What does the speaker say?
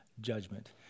judgment